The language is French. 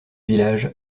village